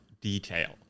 detail